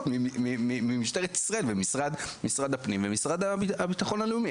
ממשטרת ישראל ומשרד הפנים ומשרד הבטחון הלאומי,